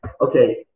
Okay